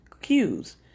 cues